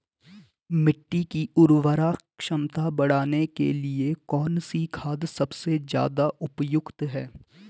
मिट्टी की उर्वरा क्षमता बढ़ाने के लिए कौन सी खाद सबसे ज़्यादा उपयुक्त है?